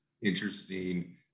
interesting